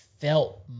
felt